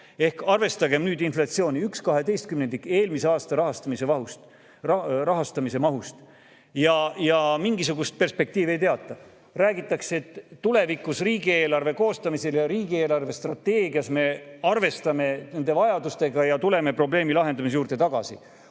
Arvestagem nüüd inflatsiooni, 1/12 eelmise aasta rahastamise mahust. Mingisugust perspektiivi ei teata. Räägitakse, et tulevikus riigieelarve koostamisel ja riigi eelarvestrateegias me arvestame neid vajadusi ja tuleme probleemi lahendamise juurde tagasi.